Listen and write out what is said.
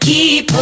Keep